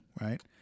right